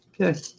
Okay